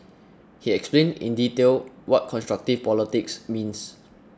he explained in detail what constructive politics means